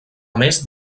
més